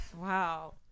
Wow